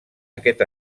aquest